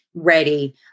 ready